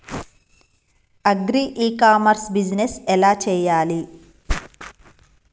Agri e commerce business ఎలా చెయ్యాలి?